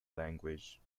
language